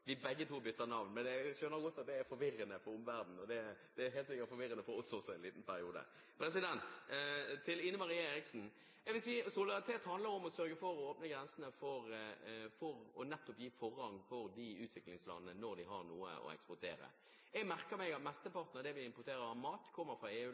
det er forvirrende for omverdenen, og det er helt sikkert forvirrende for oss også en liten periode. Til Ine M. Eriksen Søreide: Jeg vil si at solidaritet handler om å sørge for å åpne grensene for å gi forrang for utviklingslandene når de har noe å eksportere. Jeg merker meg at mesteparten av det vi importerer av mat, kommer fra